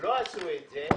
לא עשו את זה.